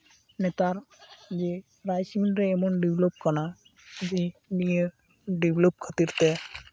ᱱᱮᱛᱟᱨ ᱡᱮ rice mill ᱨᱮ ᱮᱢᱚᱱ ᱰᱮᱵᱷᱞᱚᱯ ᱠᱟᱱᱟ ᱡᱮ ᱱᱤᱭᱟᱹ ᱰᱮᱵᱷᱞᱚᱯ ᱠᱷᱟᱹᱛᱤᱨ ᱛᱮ